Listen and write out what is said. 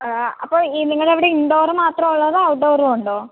അപ്പോൾ ഈ നിങ്ങൾ അവിടെ ഇൻഡോർ മാത്രം ഉള്ളോ അതോ ഔട്ട്ഡോറും ഉണ്ടോ